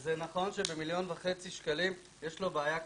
וזה נכון שב-1.5 מיליון שקלים יש לו בעיה קשה.